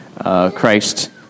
Christ